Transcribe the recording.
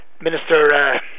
Minister